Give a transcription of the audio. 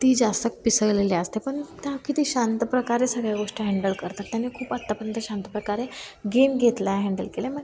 ती जास्त पिसावलेली असते पण त्या किती शांतप्रकारे सगळ्या गोष्टी हँडल करतात त्यांनी खूप आत्तापर्यंत शांत प्रकारे गेम घेतलाय हँडल केलाय मग